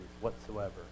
whatsoever